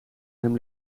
hem